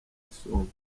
isombe